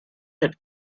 had